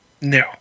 No